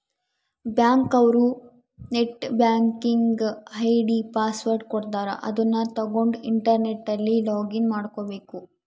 bank ಅವ್ರು net banking ID password ಕೊಡ್ತಾರ ಅದುನ್ನ ತಗೊಂಡ್ ಇಂಟರ್ನೆಟ್ ಅಲ್ಲಿ ಲೊಗಿನ್ ಮಾಡ್ಕಬೇಕು